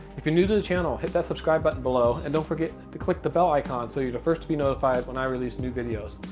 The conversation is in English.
if you're new to the channel, hit that subscribe button below, and don't forget to click the bell icon so you're the first to be notified when i release new videos.